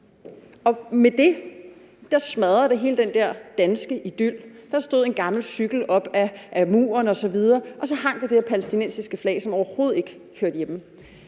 og med det blev hele den der danske idyl smadret. Der stod en gammel cykel op ad muren osv., og så hang der det her palæstinensiske flag, som overhovedet ikke hørte hjemme